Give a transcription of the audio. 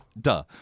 duh